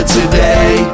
today